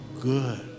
good